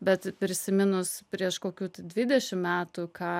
bet prisiminus prieš kokius dvidešim metų ką